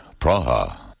Praha